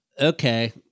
okay